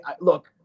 look